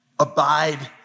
Abide